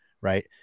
right